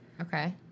Okay